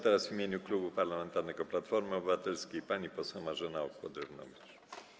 Teraz w imieniu Klubu Parlamentarnego Platforma Obywatelska pani poseł Marzena Okła-Drewnowicz.